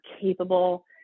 capable